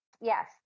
Yes